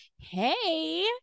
Hey